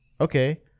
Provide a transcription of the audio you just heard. Okay